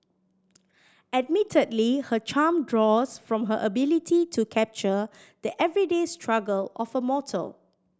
admittedly her charm draws from her ability to capture the everyday struggle of a mortal